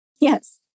Yes